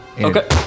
okay